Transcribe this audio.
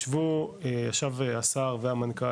ישבו עכשיו השר והמנכ"ל,